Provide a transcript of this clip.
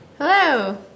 Hello